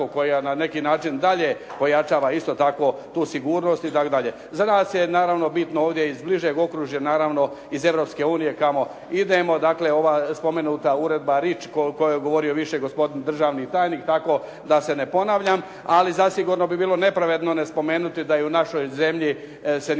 koja na neki način dalje pojačava isto tako tu sigurnost itd. Za nas je naravno bitno ovdje iz bližeg okružja naravno, iz Europske unije kamo idemo. Dakle, ova spomenuta uredba Rich o kojoj je govorio više gospodin državni tajnik tako da se ne ponavljam. Ali zasigurno bi bilo nepravedno ne spomenuti da i u našoj zemlji se nisu